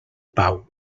pau